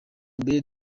mbere